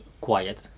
quiet